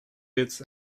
bits